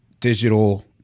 digital